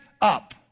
up